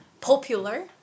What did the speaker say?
popular